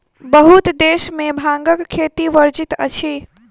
बहुत देश में भांगक खेती वर्जित अछि